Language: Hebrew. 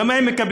ומה הם מקבלים?